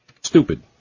stupid